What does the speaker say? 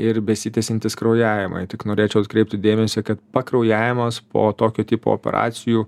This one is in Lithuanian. ir besitęsiantys kraujavimai tik norėčiau atkreipti dėmesį kad pakraujavimas po tokio tipo operacijų